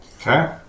Okay